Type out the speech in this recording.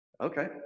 Okay